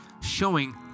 showing